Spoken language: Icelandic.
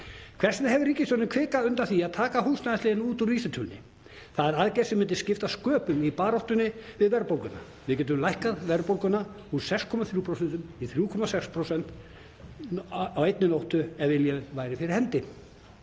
Hvers vegna hefur ríkisstjórnin kvikað undan því að taka húsnæðisliðinn út úr vísitölunni? Það er aðgerð sem myndi skipta sköpum í baráttunni við verðbólguna. Við gætum lækkað verðbólguna úr 6,3% í 3,6% á einni nóttu ef vilji væri fyrir hendi.